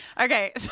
Okay